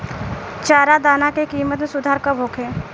चारा दाना के किमत में सुधार कब होखे?